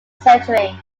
century